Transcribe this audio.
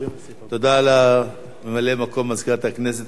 תודה לממלא-מקום מזכירת הכנסת.